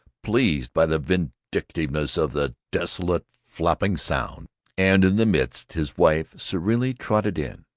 pleased by the vindictiveness of that desolate flapping sound and in the midst his wife serenely trotted in,